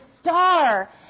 star